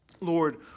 Lord